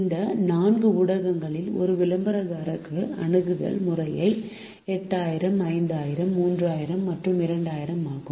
இந்த நான்கு ஊடகங்களில் ஒரு விளம்பரத்திற்கான அணுகல் முறையே 8000 5000 3000 மற்றும் 2000 ஆகும்